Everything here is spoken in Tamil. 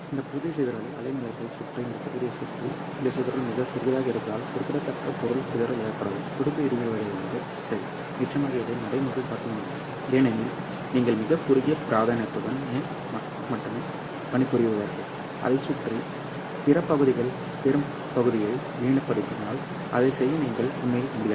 இந்த பூஜ்ஜிய சிதறல் அலைநீளத்தைச் சுற்றி இந்த பகுதியைச் சுற்றி இந்த சிதறல் மிகச் சிறியதாக இருப்பதால் குறிப்பிடத்தக்க பொருள் சிதறல் ஏற்படாது துடிப்பு விரிவடைவது சரி நிச்சயமாக இது நடைமுறையில் சாத்தியமில்லை ஏனெனில் நீங்கள் மிகக் குறுகிய பிராந்தியத்துடன் மட்டுமே பணிபுரிவீர்கள் அதைச் சுற்றி பிற பகுதிகளில் பெரும்பகுதியை வீணடிப்பதால் அதைச் செய்ய நீங்கள் உண்மையில் முடியாது